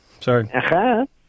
Sorry